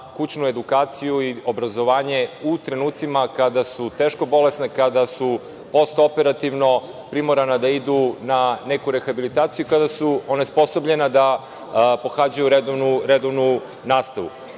kućnu edukaciju i obrazovanje u trenucima kada su teško bolesna, kada su postoperativno primorana da idu na neku rehabilitaciju, kada su onesposobljena da pohađaju redovnu nastavu. Kao